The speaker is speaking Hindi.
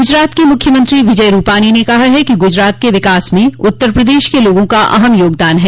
गुजरात के मुख्यमंत्री विजय रूपानी ने कहा है कि गुजरात के विकास में उत्तर प्रदेश के लोगों का अहम योगदान है